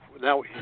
now